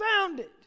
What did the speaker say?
sounded